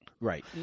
right